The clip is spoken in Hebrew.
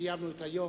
קיימנו את היום.